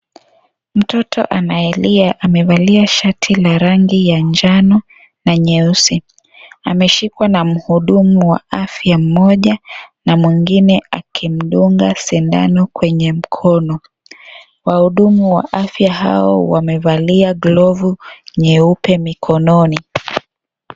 Mtoto anayelia amevalia shati la rangi ya njano na nyeusi. Ameshikwa na mhudumu wa afya mmoja na mwingine akimdunga sindano kwenye mkono. Wahudumu wa afya hawa wamevalia glovu nyeupe mikononi.